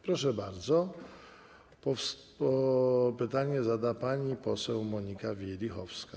Proszę bardzo, pytanie zada pani poseł Monika Wielichowska.